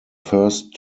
first